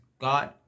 God